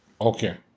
Okay